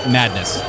madness